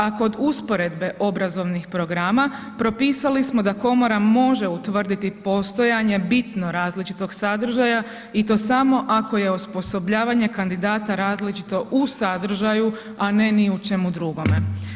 A kod usporedbe obrazovnih programa, propisali smo da komora može utvrditi postojanje bitno različitog sadržaja i to samo ako je osposobljavanje kandidata različito u sadržaju, a ne ni u čemu drugome.